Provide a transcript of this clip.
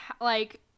like-